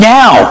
now